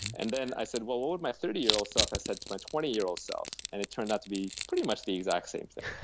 and then i said, what what would my thirty year old self had said to my twenty year old self? and it turned out to be pretty much the exact, same thing.